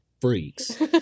freaks